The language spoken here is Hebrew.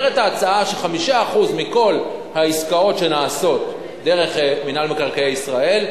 ההצעה אומרת ש-5% מכל העסקאות שנעשות דרך מינהל מקרקעי ישראל,